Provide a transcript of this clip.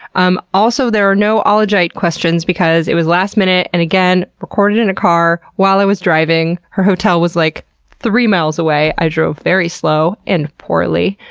um also, there are no ah ologite questions because it was last minute. and again, recorded in a car while i was driving. her hotel was like three miles away. i drove very slow, and poorly.